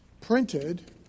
printed